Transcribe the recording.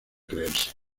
creerse